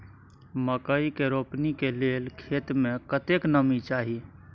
मकई के रोपनी के लेल खेत मे कतेक नमी चाही?